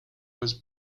was